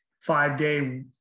five-day